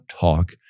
talk